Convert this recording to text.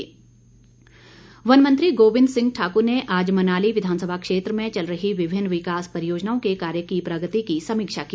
गोविंद ठाकुर वन मंत्री गोविंद सिंह ठाक्र ने आज मनाली विधानसभा क्षेत्र में चल रही विभिन्न विकास परियोजनाओं के कार्य की प्रगति की समीक्षा की